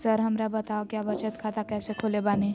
Sir हमरा बताओ क्या बचत खाता कैसे खोले बानी?